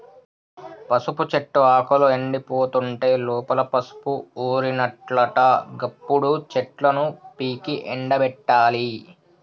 పసుపు చెట్టు ఆకులు ఎండిపోతుంటే లోపల పసుపు ఊరినట్లట గప్పుడు చెట్లను పీకి ఎండపెట్టాలి